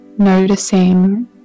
Noticing